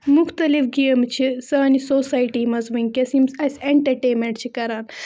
مُختلِف گیمہٕ چھِ سانہِ سوسایٹی مَنٛز وٕنۍکٮ۪س یِم اَسہِ اٮ۪نٛٹَٹینمٮ۪نٛٹ چھِ کَران